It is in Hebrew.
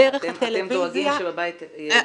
אתם דואגים שבבית --- דרך הטלוויזיה.